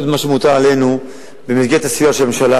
מה שמוטל עלינו במסגרת הסיוע של הממשלה.